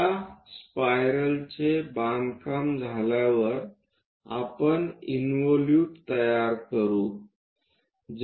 या स्पायरलचे बांधकाम झाल्यावर आपण इंवोलूट तयार करू